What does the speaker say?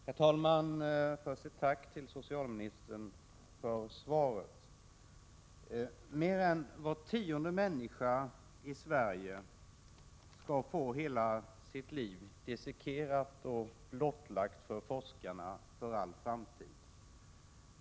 Herr talman! Först riktar jag ett tack till socialministern för svaret. Mer än var tionde människa i Sverige skall få hela sitt liv dissekerat och blottlagt för forskarna, och det gäller för all framtid.